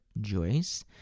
Joyce